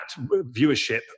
viewership